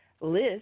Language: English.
list